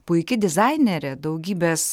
puiki dizainerė daugybės